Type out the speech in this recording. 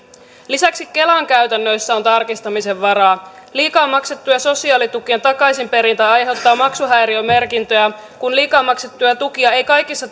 lisäksi kelan käytännöissä on tarkistamisen varaa liikaa maksettujen sosiaalitukien takaisinperintä aiheuttaa maksuhäiriömerkintöjä kun liikaa maksettuja tukia ei kaikissa